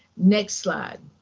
next slide.